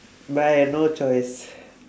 but I had no choice